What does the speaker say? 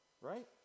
right